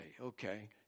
Okay